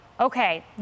Okay